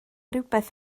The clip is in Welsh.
rhywbeth